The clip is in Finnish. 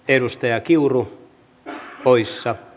edustaja kiuru poissa e